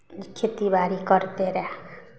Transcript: ई खेतीबाड़ी करतै रहए